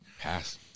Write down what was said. Pass